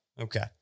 Okay